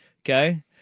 Okay